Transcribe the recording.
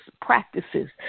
practices